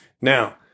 Now